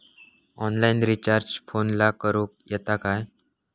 Online recharge फोनला करूक येता काय?